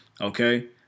okay